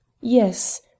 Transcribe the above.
Yes